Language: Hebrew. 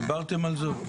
דיברתם על זה?